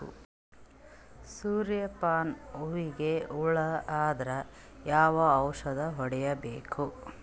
ಸೂರ್ಯ ಪಾನ ಹೂವಿಗೆ ಹುಳ ಆದ್ರ ಯಾವ ಔಷದ ಹೊಡಿಬೇಕು?